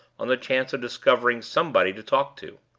on the chance of discovering somebody to talk to.